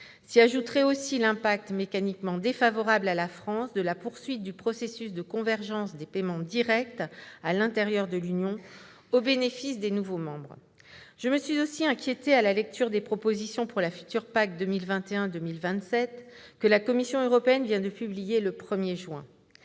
S'y ajouterait aussi l'impact, mécaniquement défavorable à la France, de la poursuite du processus de convergence des paiements directs à l'intérieur de l'Union européenne au bénéfice des nouveaux membres. Je me suis aussi inquiétée à la lecture des propositions pour la future PAC 2021-2027 publiées le 1juin par la Commission européenne. Ces dernières reposent